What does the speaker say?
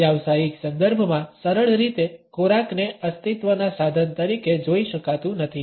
વ્યાવસાયિક સંદર્ભમાં સરળ રીતે ખોરાકને અસ્તિત્વના સાધન તરીકે જોઈ શકાતું નથી